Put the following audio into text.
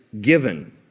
given